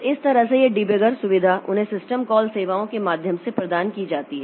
तो इस तरह से यह डिबगर सुविधा उन्हें सिस्टम कॉल सेवाओं के माध्यम से प्रदान की जाती है